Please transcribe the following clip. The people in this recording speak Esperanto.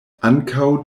ankaŭ